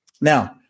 Now